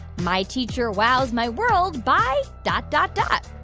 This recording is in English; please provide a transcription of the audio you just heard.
my teacher wows my world by dot, dot, dot.